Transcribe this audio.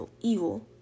evil